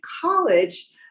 college